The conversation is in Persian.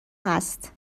هست